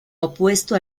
opuesto